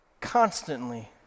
constantly